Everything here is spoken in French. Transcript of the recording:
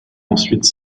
ensuite